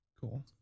Cool